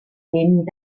lehnen